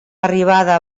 arribada